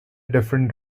different